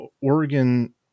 Oregon